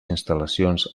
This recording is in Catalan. instal·lacions